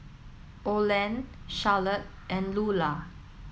Olan Charlotte and Lulah